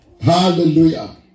Hallelujah